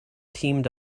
teamed